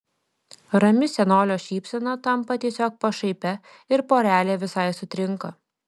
rami senolio šypsena tampa tiesiog pašaipia ir porelė visai sutrinka